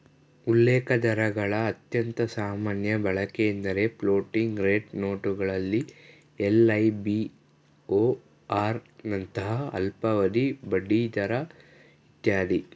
ಉಲ್ಲೇಖದರಗಳ ಅತ್ಯಂತ ಸಾಮಾನ್ಯ ಬಳಕೆಎಂದ್ರೆ ಫ್ಲೋಟಿಂಗ್ ರೇಟ್ ನೋಟುಗಳಲ್ಲಿ ಎಲ್.ಐ.ಬಿ.ಓ.ಆರ್ ನಂತಹ ಅಲ್ಪಾವಧಿ ಬಡ್ಡಿದರ ಇತ್ಯಾದಿ